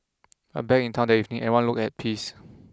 but back in town that evening everyone looked at peace